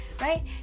Right